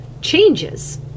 changes